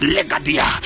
Legadia